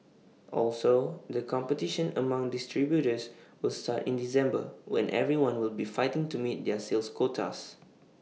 also the competition among distributors will start in December when everyone will be fighting to meet their sales quotas